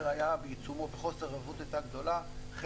היה בעיצומו וחוסר הוודאות הייתה גדולה,